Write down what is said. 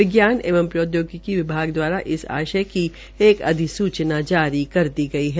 विज्ञान एवं प्रौद्योगिकी विभाग द्वारा इस आशय की एक अधिसूचना जारी कर दी है